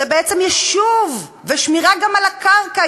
זה בעצם יישוב וגם שמירה על הקרקע,